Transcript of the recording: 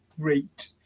great